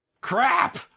Crap